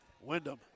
Wyndham